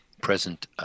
present